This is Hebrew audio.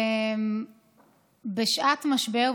בשעת משבר,